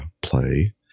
play